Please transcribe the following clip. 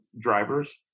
drivers